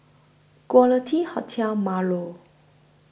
Quality Hotel Marlow